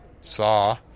saw